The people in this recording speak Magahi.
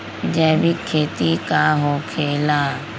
जैविक खेती का होखे ला?